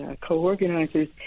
co-organizers